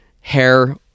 hair